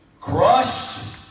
crushed